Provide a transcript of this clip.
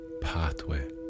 pathway